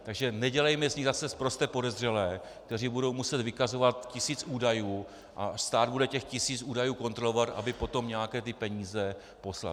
Takže nedělejme z nich zase sprosté podezřelé, kteří budou muset vykazovat tisíc údajů, a stát bude těch tisíc údajů kontrolovat, aby potom nějaké peníze poslal.